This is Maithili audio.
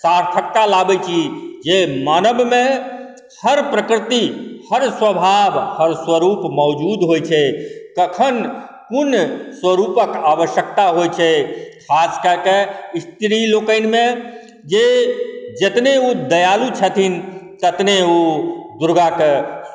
सार्थकता लाबै छी जे मानवमे हर प्रकृति हर स्वभाव हर स्वरूप मौजूद होइ छै कखन कोन स्वरूपक आवश्यकता होइ छै खासकऽ कऽ स्त्री लोकनिमे जे जतने ओ दयालु छथिन ततने ओ दुर्गाके